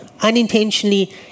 unintentionally